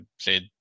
played